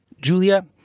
Julia